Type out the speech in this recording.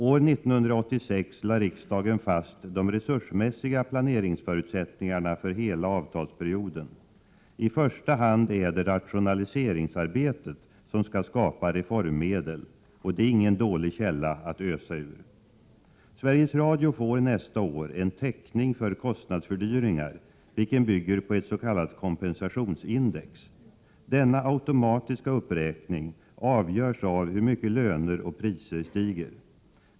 År 1986 lade riksdagen fast de resursmässiga planeringsförutsättningarna för hela avtalsperioden. I första hand är det rationaliseringsarbetet som skall skapa reformmedlen — och det är ingen dålig källa att ösa ur. Sveriges Radio får nästa år en täckning för kostnadsfördyringar, vilken bygger på ett s.k. kompensationsindex. Denna automatiska uppräkning avgörs av hur mycket löner och priser stiger.